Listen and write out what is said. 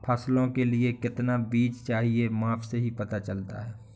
फसलों के लिए कितना बीज चाहिए माप से ही पता चलता है